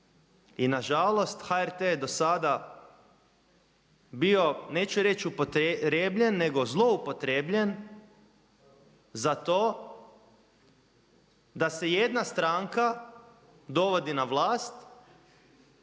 I nažalost HRT je do sada bio neću reći upotrijebljen nego zlouporabljen za to da se jedna stranka dovodi na vlast